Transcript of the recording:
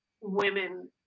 women